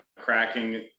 cracking